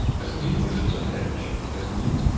as english as a hedge, as neat,